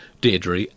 Deirdre